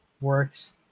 works